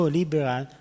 liberal